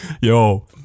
yo